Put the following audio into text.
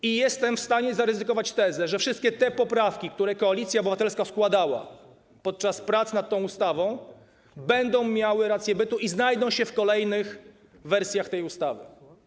I jestem w stanie zaryzykować tezę, że wszystkie te poprawki, które Koalicja Obywatelska składała podczas prac nad tą ustawą, będą miały rację bytu i znajdą się w kolejnych wersjach tej ustawy.